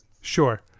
Sure